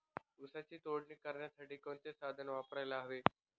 ऊसाची तोडणी करण्यासाठी कोणते साधन वापरायला हवे?